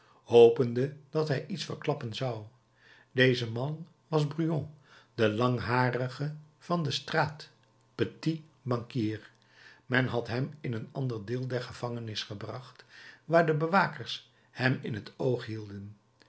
hopende dat hij iets verklappen zou deze man was brujon de langharige van de straat petit banquier men had hem in een ander deel der gevangenis gebracht waar de bewakers hem in het oog hielden